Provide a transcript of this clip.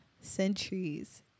Centuries